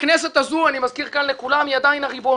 הכנסת הזו אני מזכיר לכולם, היא עדיין הריבון